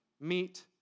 meet